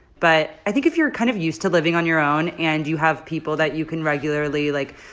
but i think if you're kind of used to living on your own and you have people that you can regularly, like,